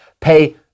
pay